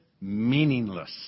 meaningless